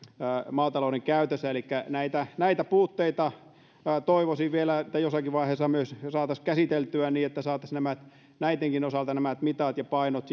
maatalouden käytössä elikkä toivoisin että myös näitä puutteita vielä jossakin vaiheessa saataisiin käsiteltyä niin että saataisiin näittenkin osalta nämä mitat ja painot